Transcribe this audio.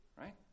right